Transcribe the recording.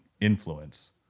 influence